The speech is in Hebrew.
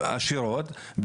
עשירות,